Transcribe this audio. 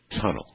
tunnel